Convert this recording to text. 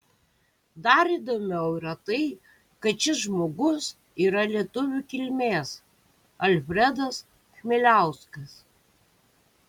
dar įdomiau yra tai kad šis žmogus yra lietuvių kilmės alfredas chmieliauskas